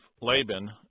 Laban